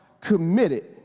committed